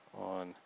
on